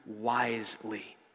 wisely